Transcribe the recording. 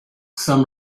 some